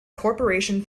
corporation